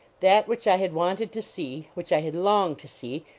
that which i had wanted to see, which i had longed to see,